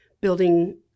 Building